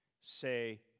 say